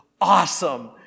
Awesome